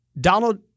Donald